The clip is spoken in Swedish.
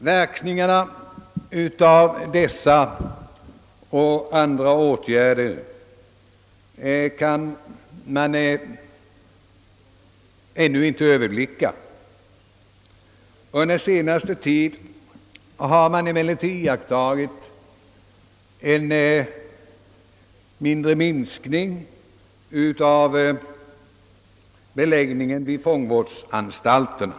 Verkningarna av dessa och andra åtgärder kan man ännu inte överblicka. Under senaste tid har man emellertid iakttagit en mindre minskning av beläggningen vid fångvårdsanstalterna.